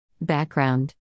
Background